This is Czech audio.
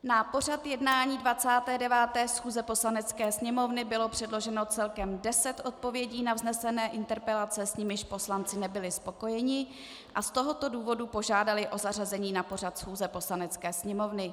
Na pořad jednání 29. schůze Poslanecké sněmovny bylo předloženo celkem deset odpovědí na vznesené interpelace, s nimiž poslanci nebyli spokojeni, a z toho důvodu požádali o zařazení na pořad schůze Poslanecké sněmovny.